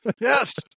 Yes